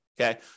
okay